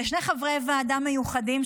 לשני חברי ועדה מיוחדים,